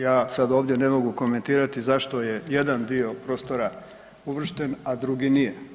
Ja sad ovdje ne mogu komentirati zašto je jedan dio prostora uvršten a drugi nije.